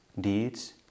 deeds